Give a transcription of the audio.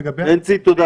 בנצי, תודה.